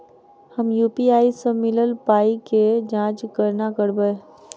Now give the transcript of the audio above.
हम यु.पी.आई सअ मिलल पाई केँ जाँच केना करबै?